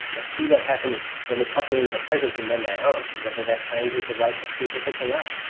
but see what happens when the copulins are present and when they aren't and whether that changes the rate of people hooking up.